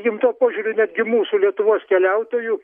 vien tuo požiūriu netgi mūsų lietuvos keliautojų